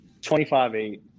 25-8